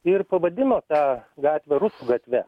ir pavadino tą gatvę rusų gatve